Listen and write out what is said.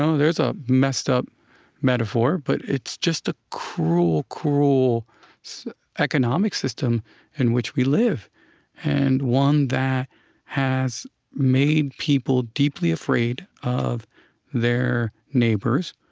um there's a messed-up metaphor. but it's just a cruel, cruel so economic system in which we live and one that has made people deeply afraid of their neighbors,